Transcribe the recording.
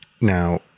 Now